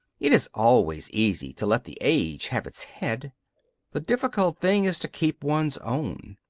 it is always easy to let the age have its head the difficult thing is to keep one's own.